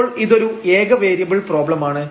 അപ്പോൾ ഇത് ഒരു ഏക വേരിയബിൾ പ്രോബ്ലമാണ്